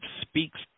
speaks